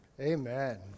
amen